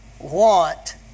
want